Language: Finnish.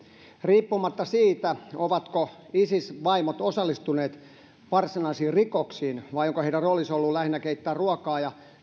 riippumatta siitä ovatko isis vaimot osallistuneet varsinaisiin rikoksiin vai onko heidän roolinsa ollut lähinnä keittää ruokaa ja